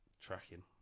tracking